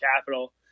capital